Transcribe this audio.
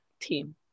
team